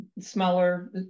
smaller